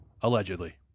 allegedly